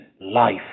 life